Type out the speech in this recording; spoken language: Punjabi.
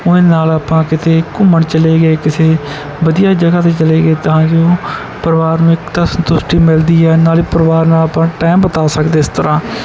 ਉਹਦੇ ਨਾਲ ਆਪਾਂ ਕਿਤੇ ਘੁੰਮਣ ਚਲੇ ਗਏ ਕਿਸੇ ਵਧੀਆ ਜਗ੍ਹਾ 'ਤੇ ਚਲੇ ਗਏ ਤਾਂ ਜੋ ਪਰਿਵਾਰ ਨੂੰ ਇੱਕ ਤਾਂ ਸੰਤੁਸ਼ਟੀ ਮਿਲਦੀ ਹੈ ਨਾਲੇ ਪਰਿਵਾਰ ਨਾਲ ਆਪਾਂ ਟੈਮ ਬਿਤਾ ਸਕਦੇ ਇਸ ਤਰ੍ਹਾਂ